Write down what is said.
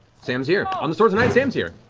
sam's here. on the store tonight, sam's here!